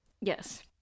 yes